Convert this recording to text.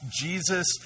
Jesus